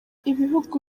ibihugu